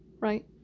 right